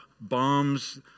bombs